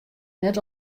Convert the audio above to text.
net